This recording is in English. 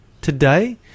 today